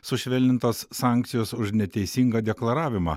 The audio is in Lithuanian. sušvelnintos sankcijos už neteisingą deklaravimą